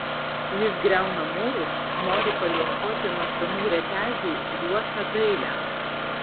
jis griauna mūrus nori paliuosuoti nuo senų retežių liuosą dailę